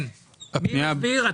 מי מסביר?